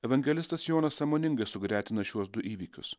evangelistas jonas sąmoningai sugretino šiuos du įvykius